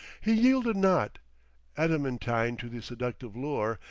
he yielded not adamantine to the seductive lure,